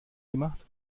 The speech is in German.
gemacht